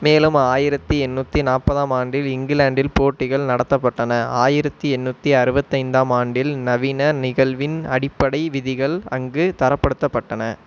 மேலும் ஆயிரத்து எண்நூற்றி நாற்பதாம் ஆண்டில் இங்கிலாண்டில் போட்டிகள் நடத்தப்பட்டன ஆயிரத்து எண்நூற்றி அறுபத்தி ஐந்தாம் ஆண்டில் நவீன நிகழ்வின் அடிப்படை விதிகள் அங்கு தரப்படுத்தப்பட்டன